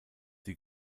die